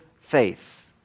faith